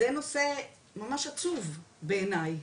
זה נושא ממש עצוב בעיני,